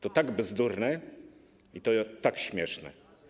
To tak bzdurne i tak śmieszne.